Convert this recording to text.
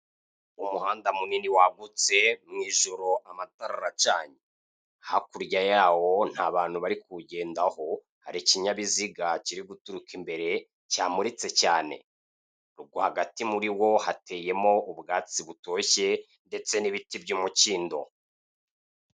Umuhanda munini wagutse, mu ijoro, amatara aracanye. Hakurya yawo nta bantu bari kuwugendaho, hari ikinyabiziga kiri guturuka imbere, cyamuritse cyane. Rwagati muri wo hateyemo ubwatsi butoshye ndetse n'ibiti by'umukindo.